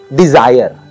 desire